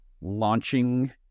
launching